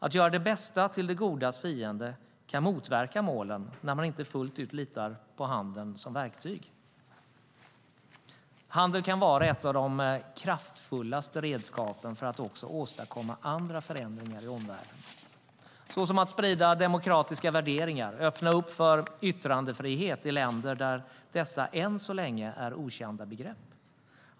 Att göra det bästa till det godas fiende kan motverka målen när man inte fullt ut litar på handeln som verktyg. Handel kan vara ett av de kraftfullaste redskapen för att också åstadkomma andra förändringar i omvärlden, som att sprida demokratiska värderingar och öppna för yttrandefrihet i länder där dessa än så länge är okända begrepp.